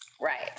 Right